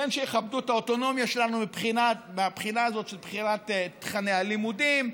שיכבדו את האוטונומיה שלנו מהבחינה הזאת של בחירת תוכני הלימודים,